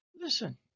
Listen